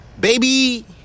Baby